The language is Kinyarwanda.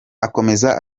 akomeza